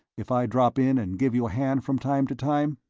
if i drop in and give you a hand from time to time?